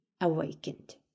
awakened